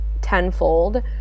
tenfold